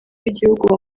w’igihugu